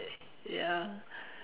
ya